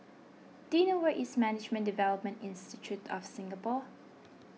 do you know where is Management Development Institute of Singapore